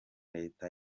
leta